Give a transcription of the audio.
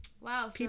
wow